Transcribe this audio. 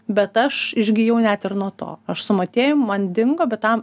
bet aš išgijau net ir nuo to aš su motiejum man dingo bet tą